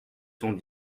cent